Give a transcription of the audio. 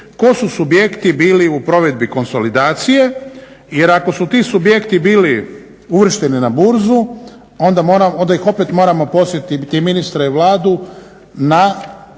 ko su subjekti bili u provedbi konsolidacije, jer ako su ti subjekti bili uvršteni na burzu, onda ih opet moramo posjetiti i ministre i Vladu na